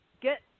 get